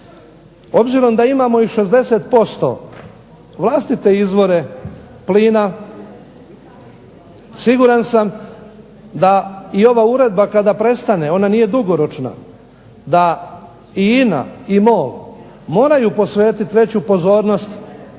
Obzirom da imamo i 60% vlastite izvore plina siguran sam da i ova uredba kada prestane, ona nije dugoročna, da i INA i MOL moraju posvetiti veću pozornost gospodarstvu